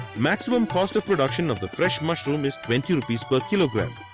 maximum cost of production of the fresh mushroom is twenty rupees per kilogram.